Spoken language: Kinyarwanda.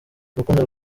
urukundo